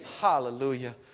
Hallelujah